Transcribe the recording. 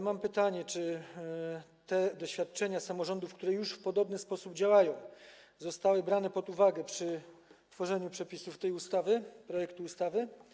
Mam pytanie: Czy te doświadczenia samorządów, które działają już w podobny sposób, zostały wzięte pod uwagę przy tworzeniu przepisów tej ustawy, projektu ustawy?